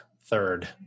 third